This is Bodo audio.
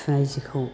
सुनाय जिखौ